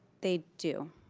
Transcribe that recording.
they do.